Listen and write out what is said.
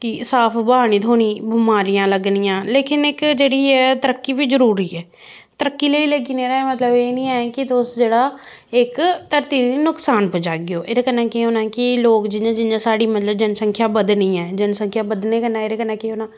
कि साफ हवा नी थ्होनी बमारियां लग्गनियां लेकिन इक जेह्ड़ी ऐ तरक्की बी जरूरी ऐ तरक्की लेई लेकिन एह्दा मतलब एह् निं ऐ कि तुस जेह्ड़ा इक धरती गी नुकसान पज़ागेओ एह्दे कन्नै केह् होना ऐ कि लोक जियां जियां साढ़ी मतलब जनसंख्या बधनी ऐ जनसंख्या बधने कन्नै एह्दे कन्नै केह् होना